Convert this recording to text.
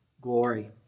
glory